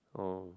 oh